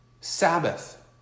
Sabbath